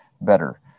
better